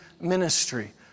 ministry